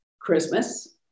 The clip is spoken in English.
Christmas